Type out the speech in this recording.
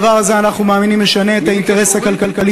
אנחנו מאמינים שהדבר הזה ישנה את האינטרס הכלכלי